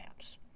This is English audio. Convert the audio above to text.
apps